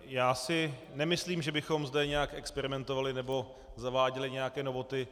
Já si nemyslím, že bychom zde nějak experimentovali nebo zaváděli nějaké novoty.